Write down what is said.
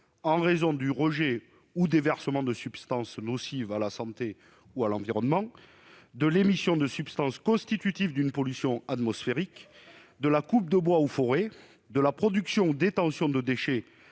en raison du rejet ou du déversement de substances nocives pour la santé ou à l'environnement, de l'émission de substances constitutives d'une pollution atmosphérique, de la coupe de bois ou de forêts, de la production ou de la détention de déchets